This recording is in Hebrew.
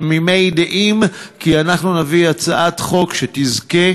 תמימי דעים כי אנחנו נביא הצעת חוק שתזכה